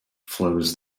flows